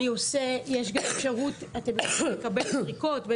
יש לי אפשרות לקבל זריקות דקפפטיל.